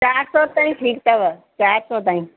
चारि सौ ताईं ठीकु अथव चारि सौ ताईं